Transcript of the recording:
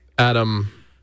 Adam